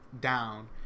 down